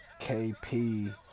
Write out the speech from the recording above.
KP